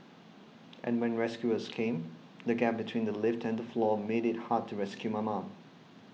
and when rescuers came the gap between the lift and the floor made it hard to rescue my mum